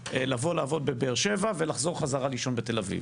לעבוד בבאר שבע ולחזור חזרה לישון בתל אביב.